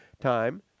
time